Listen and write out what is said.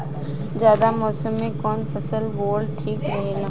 जायद मौसम में कउन फसल बोअल ठीक रहेला?